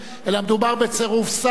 אלא מדובר בצירוף שר.